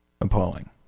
Appalling